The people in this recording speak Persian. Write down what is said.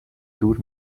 دور